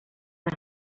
las